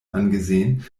angesehen